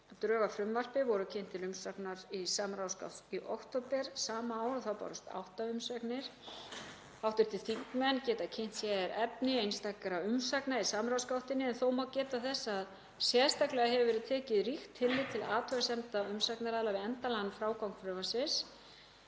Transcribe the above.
Drög að frumvarpinu voru kynnt til umsagnar í samráðsgátt í október sama ár. Þá bárust átta umsagnir. Hv. þingmenn geta kynnt sér efni einstakra umsagna í samráðsgáttinni en þó má geta þess að sérstaklega hefur verið tekið ríkt tillit til athugasemda umsagnaraðila við endanlegan frágang frumvarpsins.